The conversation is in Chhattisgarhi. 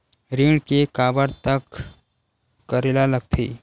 ऋण के काबर तक करेला लगथे?